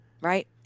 Right